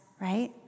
right